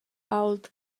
ault